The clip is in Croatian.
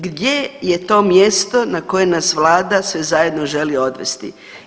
Gdje je to mjesto na koje nas vlada sve zajedno želi odvesti.